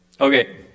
Okay